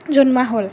জনোৱা হ'ল